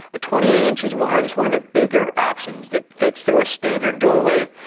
at twenty eight inches wide, it's one of the bigger options that fits through a standard doorway.